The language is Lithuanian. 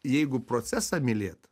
jeigu procesą mylėt